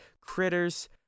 Critters